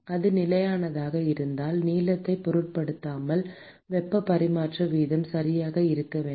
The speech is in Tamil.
அது நிலையானதாக இருந்தால் நீளத்தைப் பொருட்படுத்தாமல் வெப்ப பரிமாற்ற வீதம் சரியாக இருக்க வேண்டும்